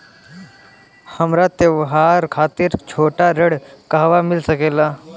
हमरा त्योहार खातिर छोटा ऋण कहवा मिल सकेला?